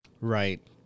Right